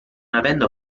avendo